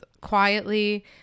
quietly